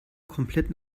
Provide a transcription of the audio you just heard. komplett